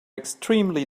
extremely